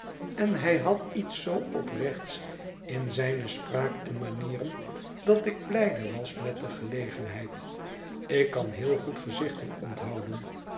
en hij had iets zoo oprechts in zijne spraak en manieren dat ik blijde was met de gelegenheid ik kan heel goed gezichten onthouden